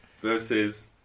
Versus